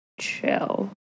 chill